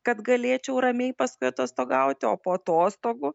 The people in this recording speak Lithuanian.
kad galėčiau ramiai paskui atostogauti o po atostogų